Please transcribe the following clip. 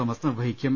Thomas നിർവ്വഹിക്കും